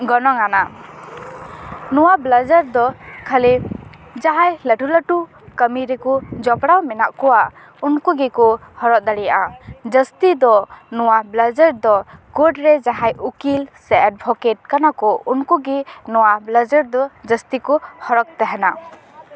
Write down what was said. ᱜᱚᱱᱚᱝ ᱟᱱᱟᱝ ᱱᱚᱣᱟ ᱵᱮᱞᱟᱡᱟᱨ ᱫᱚ ᱠᱷᱟᱹᱞᱤ ᱡᱟᱦᱟᱭ ᱞᱟᱹᱴᱩ ᱞᱟᱹᱴᱩ ᱠᱟᱹᱢᱤ ᱨᱮᱠᱩ ᱡᱚᱯᱚᱲᱟᱣ ᱢᱮᱱᱟᱜ ᱠᱚᱣᱟ ᱩᱱᱠᱩ ᱜᱮᱠᱚ ᱦᱚᱨᱚᱜ ᱫᱟᱲᱮᱭᱟᱜᱼᱟ ᱡᱟᱹᱥᱛᱤ ᱫᱚ ᱱᱚᱣᱟ ᱵᱮᱞᱟᱡᱟᱨ ᱫᱚ ᱠᱳᱴ ᱨᱮ ᱡᱟᱦᱟᱭ ᱩᱠᱤᱞ ᱥᱮ ᱮᱰᱵᱷᱚᱠᱮᱴ ᱠᱟᱱᱟ ᱠᱚ ᱩᱱᱠᱩ ᱜᱮ ᱱᱚᱣᱟ ᱵᱮᱞᱟᱡᱟᱨ ᱫᱚ ᱡᱟᱹᱥᱛᱤ ᱠᱚ ᱦᱚᱨᱚᱜ ᱛᱟᱦᱮᱱᱟ